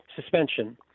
suspension